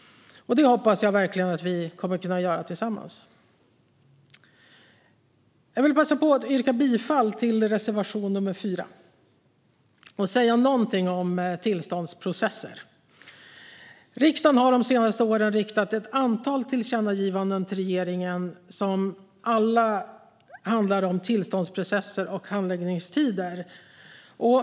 Det hoppas jag verkligen att vi kommer att kunna göra tillsammans. Jag vill passa på att yrka bifall till reservation 4 och säga något om tillståndsprocesser. Riksdagen har de senaste åren riktat ett antal tillkännagivanden till regeringen som alla handlar om tillståndsprocesser och handläggningstider.